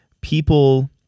people